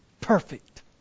perfect